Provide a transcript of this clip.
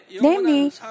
Namely